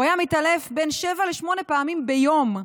הוא היה מתעלף שבע-שמונה פעמים ביום.